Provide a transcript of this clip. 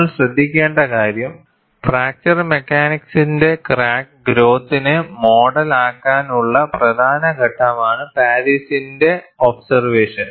നിങ്ങൾ ശ്രദ്ധിക്കേണ്ട കാര്യം ഫ്രാക്ചർ മെക്കാനിക്സിന്റെ ക്രാക്ക് ഗ്രോത്തിനെ മോഡലിൽ ആക്കാനുള്ള പ്രധാന ഘട്ടമാണ് പാരീസിന്റെ ഒബ്സെർവഷൻ